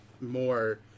more